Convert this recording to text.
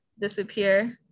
disappear